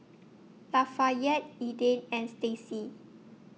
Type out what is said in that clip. Lafayette Edythe and Stacie